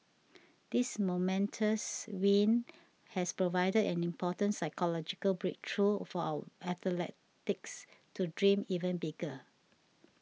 this momentous win has provided an important psychological breakthrough for our athletes to dream even bigger